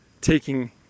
taking